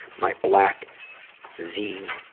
my black z.